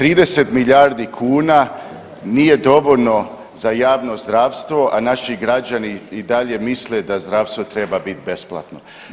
30 milijardi kuna nije dovoljno za javno zdravstvo, a naši građani i dalje misle da zdravstvo treba bit besplatno.